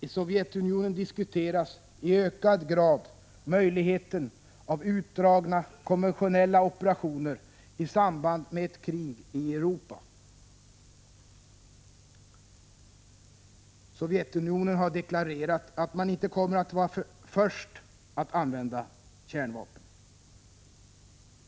I Sovjetunionen diskuteras i ökad grad möjligheten av utdragna konventionella operationer i samband med ett krig i Europa. Sovjetunionen har deklarerat att man inte kommer att vara först att använda kärnvapen.